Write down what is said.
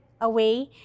away